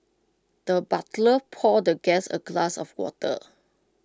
the butler poured the guest A glass of water